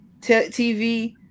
TV